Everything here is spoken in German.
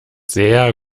sehr